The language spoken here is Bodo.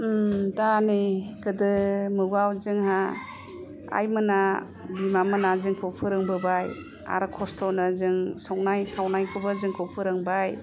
दा नै गोदो मुगायाव जोंहा आइमोना बिमामोना जोंखौ फोरोंबोबाय आरो खस्थ'नो जों संनाय खावनायखौबो जोंखौ फोरोंबाय